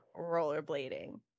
rollerblading